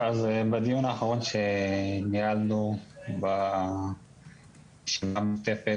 אז בדיון האחרון שניהלנו בישיבה המשותפת